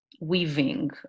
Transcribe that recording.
weaving